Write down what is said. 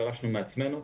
דרשנו מעצמנו.